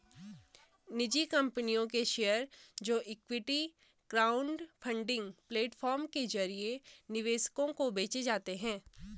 निजी कंपनियों के शेयर जो इक्विटी क्राउडफंडिंग प्लेटफॉर्म के जरिए निवेशकों को बेचे जाते हैं